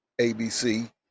ABC